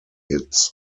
hits